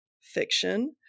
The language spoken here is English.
fiction